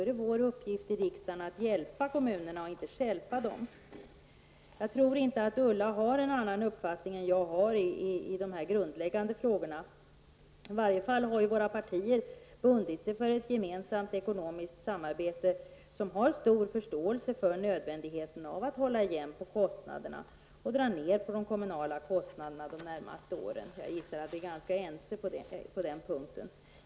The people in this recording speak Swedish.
Därför är vår uppgift i riksdagen att hjälpa och inte sdjälpa kommunerna. Jag tror inte att Ulla Orring har någon annan uppfattning än den jag har i dessa grundläggande frågor. I varje fall har våra partier bundit sig för ett gemensamt ekonomiskt samarbete där vi har stor förståelse för nödvändigheten av att hålla igen på kostnaderna. Det handlar dessutom om att dra ned på de kommunala kostnaderna de närmaste åren. Jag antar att vi är ense på den punkten.